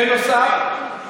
בנוסף,